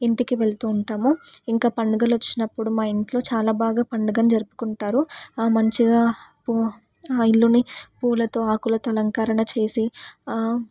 ఇంటికి వెళ్తూ ఉంటాము ఇంకా పండుగలు వచ్చినప్పుడు మా ఇంట్లో చాలా బాగా పండుగని జరుపుకుంటారు మంచిగా ఓ ఇల్లుని పూలతో ఆకులతో అలంకరణ చేసి